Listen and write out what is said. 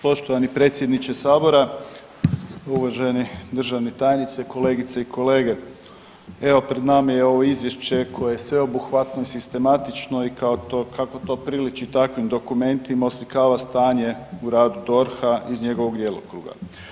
Poštovani predsjedniče sabora, uvaženi državni tajniče, kolegice i kolege evo pred nama je ovo izvješće koje je sveobuhvatno, sistematično i kako to priliči takvim dokumentima oslikava stanje u radu DORH-a iz njegovog djelokruga.